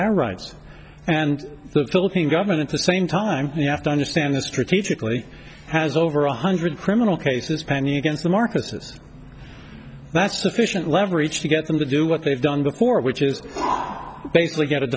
our rights and the philippine government at the same time you have to understand this strategically has over one hundred criminal cases pending against the markets this that's sufficient leverage to get them to do what they've done before which is basically get